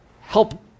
help